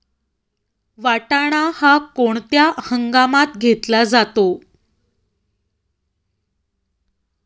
वाटाणा हा कोणत्या हंगामात घेतला जातो?